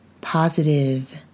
positive